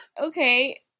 okay